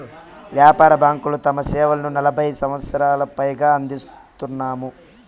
వ్యాపార బ్యాంకులు తమ సేవలను నలభై సంవచ్చరాలకు పైగా అందిత్తున్నాయి